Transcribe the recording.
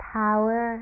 power